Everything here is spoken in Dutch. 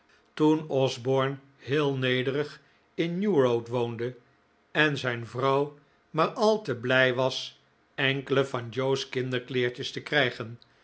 toen osborne heel nederig in new road woonde en zijn vrouw maar al te blij was enkele van joe's kinderkleertjes te krijgen